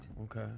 Okay